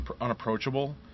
unapproachable